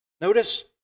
Notice